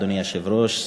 אדוני היושב-ראש,